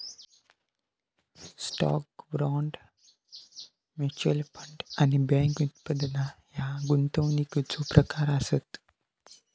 stock, bond, mutual fund आणि bank उत्पादना ह्या गुंतवणुकीचो प्रकार आसत